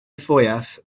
fwyaf